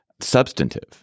substantive